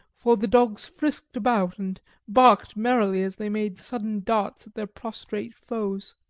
for the dogs frisked about and barked merrily as they made sudden darts at their prostrate foes,